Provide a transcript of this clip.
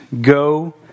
go